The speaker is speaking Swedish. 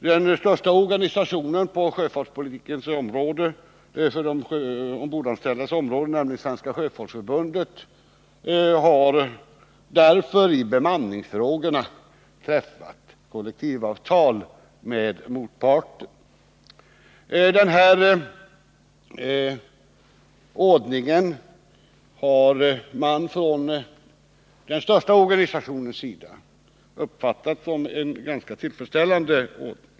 Den största organisationen på de ombordanställdas område, nämligen Svenska sjöfolksförbundet, har därför i bemanningsfrågorna träffat kollektivavtal med motparten. Denna ordning har den största organisationen uppfattat som ganska tillfredsställande.